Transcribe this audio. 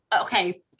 Okay